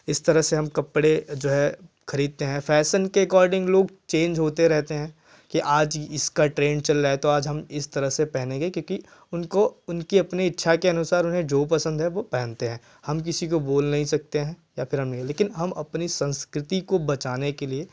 इस तरह से हम कपड़े जो है खरीदते हैं फैशन के अकॉर्डिंग लोग चेंज होते रहते हैं कि आज इसका ट्रेंड चल रहा है तो आज हम इस तरह से पहनेंगे क्योंकि उनको उनकी अपनी इच्छा के अनुसार उन्हें जो पसंद है वह पहनते हैं हम किसी को बोल नहीं सकते हैं या फ़िर लेकिन हम अपनी संस्कृति को बचाने के लिए